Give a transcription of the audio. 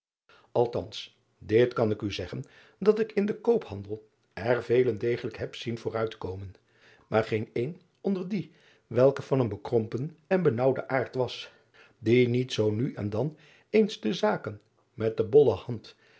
lthans dit kan ik u zeggen dat ik in den koophandel er velen degelijk heb zien vooruitkomen maar geen een onder die welke van een bekrompen en benaauwden aard was die niet zoo nu en dan eens de zaken met de bolle